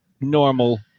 normal